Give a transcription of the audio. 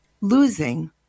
losing